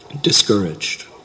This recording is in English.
discouraged